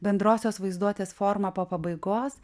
bendrosios vaizduotės forumą po pabaigos